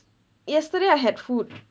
yesterday I had food